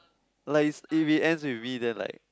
like is if it ends with me then like